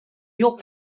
york